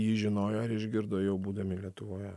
jį žinojo ar išgirdo jau būdami lietuvoje